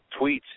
tweets